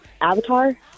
Avatar